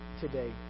today